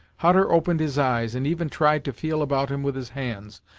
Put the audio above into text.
hutter opened his eyes, and even tried to feel about him with his hands,